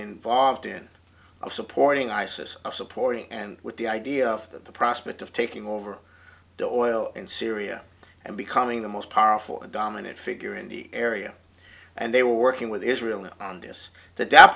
involved in supporting isis of supporting and with the idea of the prospect of taking over the oil in syria and becoming the most powerful dominant figure in the area and they were working with israel on this th